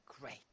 great